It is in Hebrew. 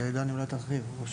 דני, אולי תרחיב.